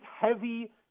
heavy